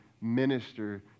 minister